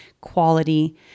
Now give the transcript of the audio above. quality